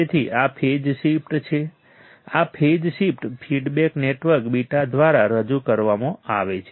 તેથી આ phase shift છે આ ફેઝ શિફ્ટ ફીડબેક નેટવર્ક β દ્વારા રજૂ કરવામાં આવે છે